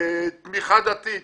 תמיכה דתית.